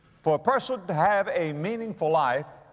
for a person to have a meaningful life,